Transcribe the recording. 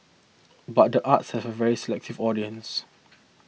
but the arts has a very selective audience